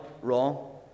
wrong